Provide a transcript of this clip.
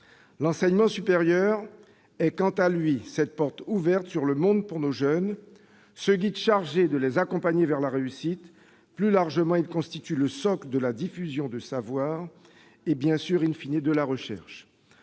L'enseignement supérieur est quant à lui cette porte ouverte sur le monde pour nos jeunes, ce guide chargé de les accompagner vers la réussite. Plus largement, il constitue le socle de la diffusion du savoir et, bien sûr,, de la recherche.